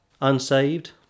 Unsaved